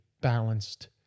balanced